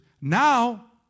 Now